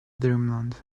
dreamland